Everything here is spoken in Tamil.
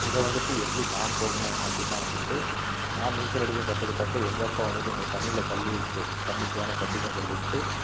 இதை வந்துட்டு எப்படி நான் போக்குனேன் அப்படின்னா வந்துட்டு நான் நீச்சல் அடிக்க கற்றுக்கிட்டப்ப எங்கள் அப்பா வந்துட்டு என்னையை தண்ணியில் தள்ளிவிட்டு தண்ணிக் கேனை கட்டி தான் தள்ளிவிட்டு